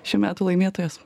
šių metų laimėtojas